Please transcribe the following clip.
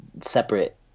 separate